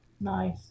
Nice